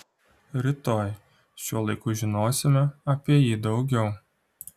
rytoj šiuo laiku žinosime apie jį daugiau